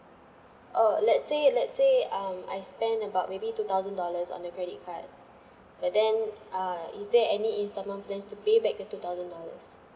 uh let's say let's say um I spent about maybe two thousand dollars on the credit card but then ah is there any instalment plans to pay back the two thousand dollars